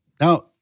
Now